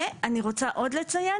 ואני רוצה עוד לציין,